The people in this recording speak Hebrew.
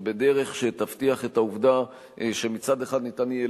ובדרך שתבטיח את זה שמצד אחד ניתן יהיה